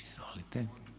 Izvolite.